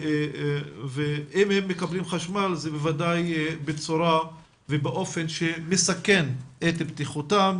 ואם הם מקבלים חשמל זה בוודאי בצורה ובאופן שמסכן את בטיחותם,